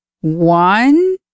one